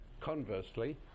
Conversely